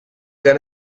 then